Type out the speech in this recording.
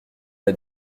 m’a